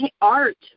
art